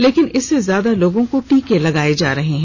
लेकिन इससे ज्यादा लोगों को टीका लगाया जा रहा है